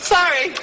Sorry